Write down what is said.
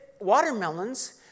watermelons